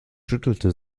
schüttelte